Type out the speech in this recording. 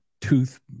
tooth